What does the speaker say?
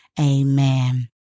Amen